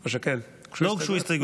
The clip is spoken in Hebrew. לא הוגשו הסתייגויות.